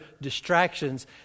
distractions